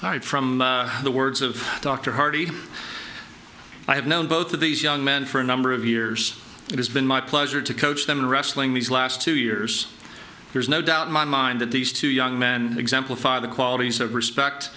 right from the words of dr hardy i have known both of these young men for a number of years it has been my pleasure to coach them in wrestling these last two years there is no doubt in my mind that these two young men exemplify the qualities of respect